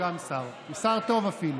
גם מאיר כהן הוא שר, הוא שר טוב, אפילו.